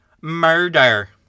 Murder